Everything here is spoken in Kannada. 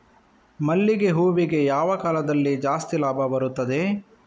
ಮಲ್ಲಿಗೆ ಹೂವಿಗೆ ಯಾವ ಕಾಲದಲ್ಲಿ ಜಾಸ್ತಿ ಲಾಭ ಬರುತ್ತದೆ?